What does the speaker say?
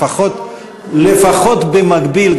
לפחות במקביל.